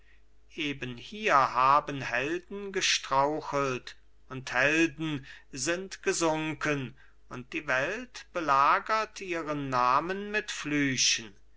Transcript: eben hier haben helden gestrauchelt und helden sind gesunken und die welt belagert ihren namen mit flüchen